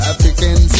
African